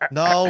no